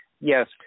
Yes